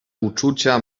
uczucia